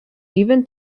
even